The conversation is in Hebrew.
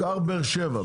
קח באר שבע,